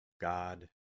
God